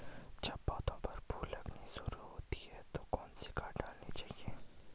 जब पौधें पर फूल लगने शुरू होते हैं तो कौन सी खाद डालनी चाहिए?